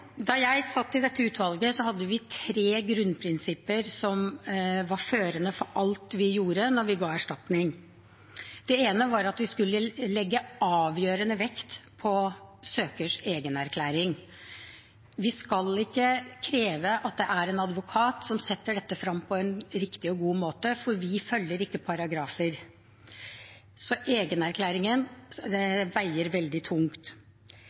Da jeg satt i dette utvalget, hadde vi tre grunnprinsipper som var førende for alt vi gjorde når vi ga erstatning. Det ene var at vi skulle legge avgjørende vekt på søkers egenerklæring. Vi skal ikke kreve at en advokat fremsetter dette på en riktig og god måte, for vi følger ikke paragrafer. Så egenerklæringen veier veldig tungt.